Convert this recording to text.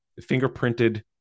fingerprinted